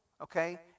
okay